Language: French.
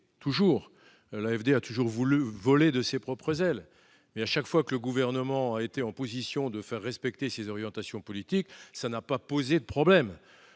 compliqués. L'AFD a toujours voulu voler de ses propres ailes, mais à chaque fois que le Gouvernement a été en mesure de faire respecter ses orientations politiques, cela n'a posé aucun problème.